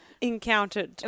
Encountered